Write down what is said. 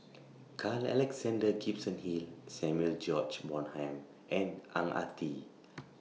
Carl Alexander Gibson Hill Samuel George Bonham and Ang Ah Tee